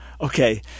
Okay